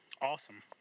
awesome